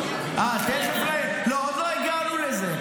--- לא, עוד לא הגענו לזה.